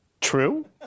True